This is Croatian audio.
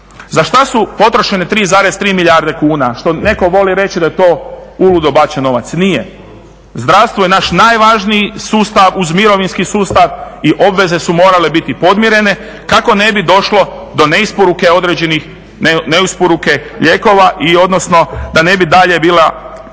Za što su potrošene 3,3 milijarde kuna? Što netko voli reći da je to uludo bačen novac. Nije. Zdravstvo je naš najvažniji sustav uz mirovinski sustav i obveze su morale biti podmirene kako ne bi došlo do neisporuke određenih lijekova i odnosno da ne bi dalje se